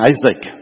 Isaac